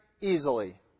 easily